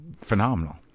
Phenomenal